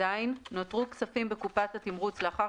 (ז)נותרו כספים בקופת התמרוץ לאחר